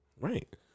Right